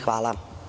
Hvala.